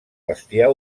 bestiar